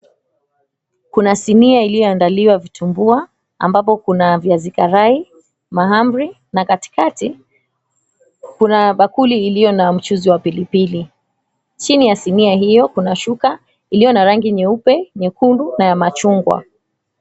Kuna sinia iliyoandaliwa vitumbua ambapo kuna viazi karai, mahamri na katikati kuna bakuli iliyo na mchuzi wa pilipili. Chini ya sinia hiyo kuna shuka iliyo na rangi nyeupe, nyekundu na ya machungwa.